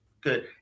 good